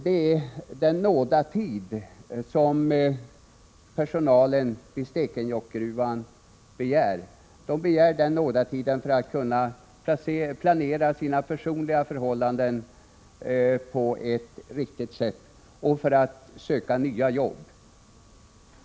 Det är den nådatid som personalen vid Stekenjokksgruvan begär. De anställda begär den nådatiden för att kunna planera sina personliga förhållanden på ett riktigt sätt och för att söka nya jobb.